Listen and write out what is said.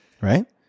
right